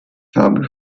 habe